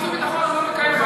חוץ וביטחון לא מקיימת,